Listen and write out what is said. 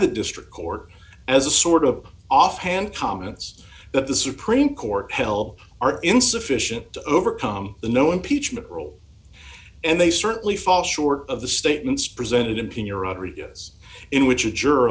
the district court as a sort of offhand comments that the supreme court hell are insufficient to overcome the no impeachment rule and they certainly fall short of the statements presented in pia rodrigues in which a juror